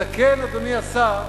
אדוני השר,